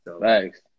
thanks